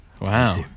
Wow